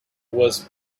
was